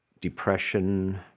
depression